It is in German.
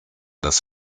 das